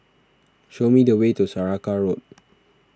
show me the way to Saraca Road